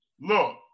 Look